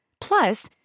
Plus